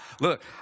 Look